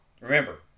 Remember